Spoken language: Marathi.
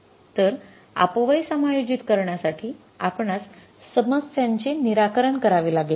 तर अपव्यय समायोजित करण्यासाठी आपणास समस्यांचे निराकरण करावे लागेल